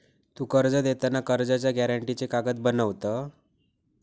तु कर्ज देताना कर्जाच्या गॅरेंटीचे कागद बनवत?